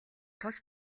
тус